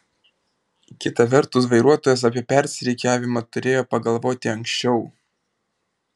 kita vertus vairuotojas apie persirikiavimą turėjo pagalvoti anksčiau